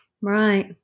Right